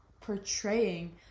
portraying